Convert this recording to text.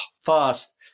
fast